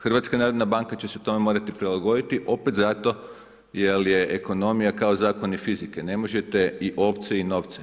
HNB će se tome morati prilagoditi, opet zato jer je ekonomija kao zakoni fizike, ne možete i ovce i novce.